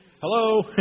hello